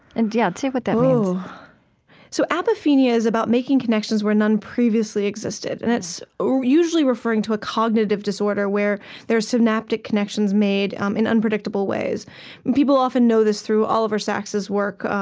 and, yeah, say what that so apophenia is about making connections where none previously existed, and it's usually referring to a cognitive disorder where there are synaptic connections made um in unpredictable ways. and people often know this through oliver sacks's work,